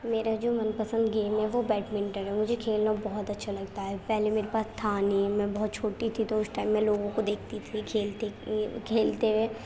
میرا جو من پسند گیم ہے وہ بیٹمنٹن ہے مجھے کھیلنا بہت اچھا لگتا ہے پہلے میرے پاس تھا نہیں میں بہت چھوٹی تھی تو اس ٹائم میں لوگوں کو دیکھتی تھی کھیلتے کھیلتے ہوئے